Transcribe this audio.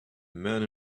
man